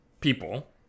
people